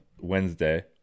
Wednesday